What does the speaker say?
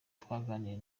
twaganiriye